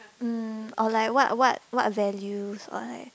mm or like what what what values or like